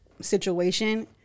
situation